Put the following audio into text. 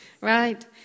Right